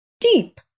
deep